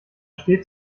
steht